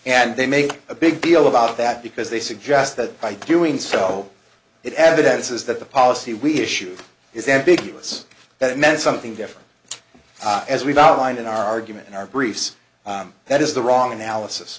and they make a big deal about that because they suggest that by doing so it evidences that the policy we issue is ambiguous that it meant something different as we've outlined in our argument in our briefs that is the wrong analysis